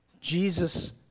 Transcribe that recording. Jesus